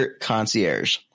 concierge